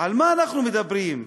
על מה אנחנו מדברים?